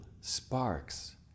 sparks